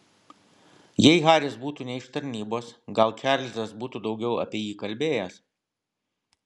jei haris būtų ne iš tarnybos gal čarlzas būtų daugiau apie jį kalbėjęs